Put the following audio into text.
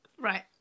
Right